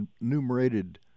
enumerated